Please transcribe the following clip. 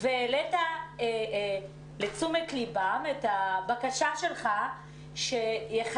והעלית לתשומת ליבם את הבקשה שלך שיחדשו,